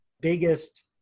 biggest